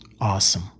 Awesome